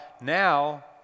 now